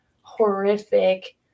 horrific